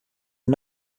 are